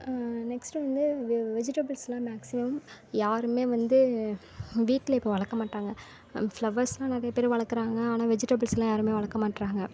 next வந்து வெஜிடபிள்ஸ்லாம் maximum யாரும் வந்து வீட்டில் இப்போ வளர்க்க மாட்டாங்க ஃப்ளவர்ஸ்லாம் நிறைய பேர் வளக்கிறாங்க ஆனால் வெஜிடபிள்ஸ்லாம் யாரும் வளர்க்க மாட்றாங்க